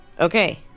Okay